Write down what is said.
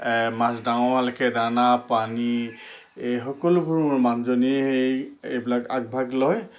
মাছ ডাঙৰ হোৱালৈকে দানা পানী এই সকলোবোৰ মানুহজনীয়েই এইবিলাক আগভাগ লয়